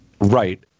Right